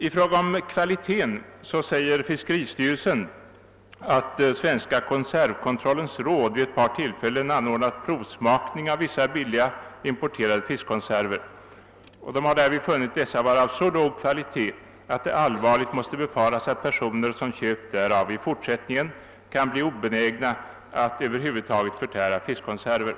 I fråga om kvaliteten säger fiskeristyrelsen att Svenska konservKontrollens råd vid ett par tillfällen anordnat provsmakning av vissa billiga importerade fiskkonserver' och att man därvid funnit dessa vara av så låg kvalitet att det allvarligt måste befaras att personer, som köpt därav, i fortsättningen kan bli obenägna att över huvud taget förtära fiskkonserver.